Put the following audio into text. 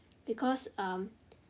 because err